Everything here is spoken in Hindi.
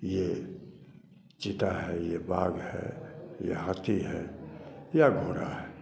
यह चीता है यह बाघ है यह हाथी है या घोड़ा है